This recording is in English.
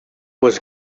was